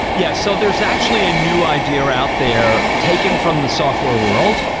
yeah, so there's actually a new idea out there taken from the software world,